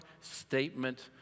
statement